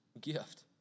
gift